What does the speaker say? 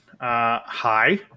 hi